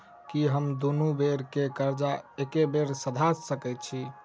की हम दुनू बेर केँ कर्जा एके बेर सधा सकैत छी?